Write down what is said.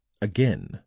Again